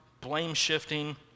blame-shifting